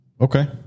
okay